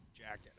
jacket